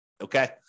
okay